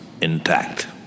intact